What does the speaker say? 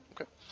Okay